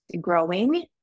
growing